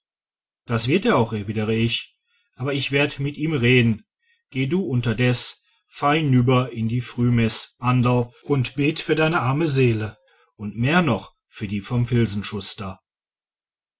das wird er auch erwidere ich also ich werd mit ihm reden geh du unterdes fei nüber in die frühmesse anderl und bet für deine arme seele und mehr noch für die vom